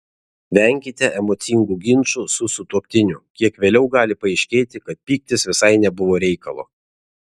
venkite emocingų ginčų su sutuoktiniu kiek vėliau gali paaiškėti kad pyktis visai nebuvo reikalo